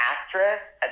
actress